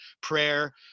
prayer